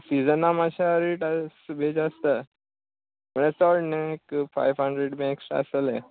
सिजना मातश्या रेट सुबेज आसता म्हळ्यार चोड न्ही एक फायव हंड्रेड बी एक्स्ट्रा आसतले